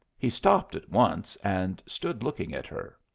he stopped at once, and stood looking at her.